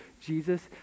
Jesus